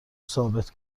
ثابت